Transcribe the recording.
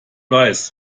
weiß